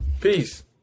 Peace